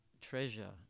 treasure